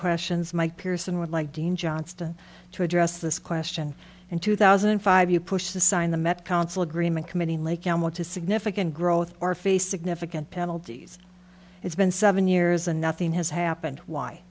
questions mike pearson would like dean johnston to address this question in two thousand and five you pushed to sign the met council agreement committee lake and want to significant growth or face significant penalties it's been seven years and nothing has happened why